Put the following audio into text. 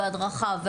הדרכה,